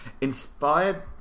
inspired